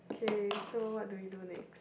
okay so what do we do next